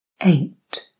Eight